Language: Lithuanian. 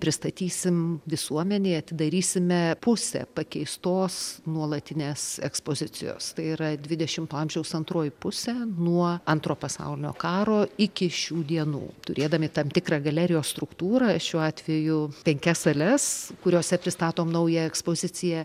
pristatysim visuomenei atidarysime pusę pakeistos nuolatinės ekspozicijos tai yra dvidešimto amžiaus antroji pusė nuo antro pasaulinio karo iki šių dienų turėdami tam tikrą galerijos struktūrą šiuo atveju penkias sales kuriose pristatom naują ekspoziciją